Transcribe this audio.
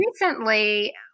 recently